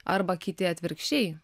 arba kiti atvirkščiai